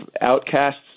outcasts